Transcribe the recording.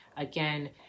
again